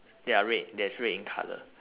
they're red that's red in colour